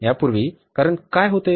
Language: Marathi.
यापूर्वी कारण काय होते